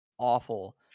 awful